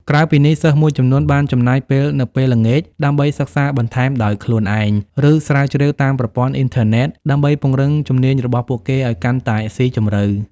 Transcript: ក្រៅពីនេះ សិស្សមួយចំនួនបានចំណាយពេលនៅពេលល្ងាចដើម្បីសិក្សាបន្ថែមដោយខ្លួនឯង ឬស្រាវជ្រាវតាមប្រព័ន្ធអ៊ីនធឺណិតដើម្បីពង្រឹងជំនាញរបស់ពួកគេឱ្យកាន់តែស៊ីជម្រៅ។